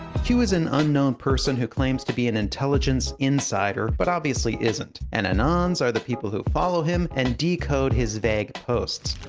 he was an unknown person who claims to be an intelligence insider but obviously isn't. and anons are the people who follow him and decode his vague posts.